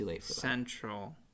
central